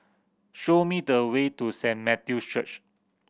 show me the way to Saint Matthew's Church